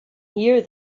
here